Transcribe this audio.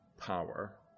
power